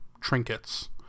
trinkets